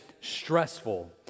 stressful